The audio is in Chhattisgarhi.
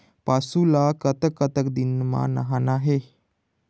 पशु ला कतक कतक दिन म नहाना हे?